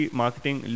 marketing